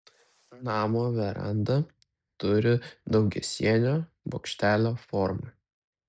namo veranda turi daugiasienio bokštelio formą